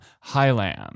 Highland